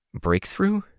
Breakthrough